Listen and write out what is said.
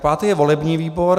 Pátý je volební výbor.